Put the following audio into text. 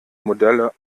modelle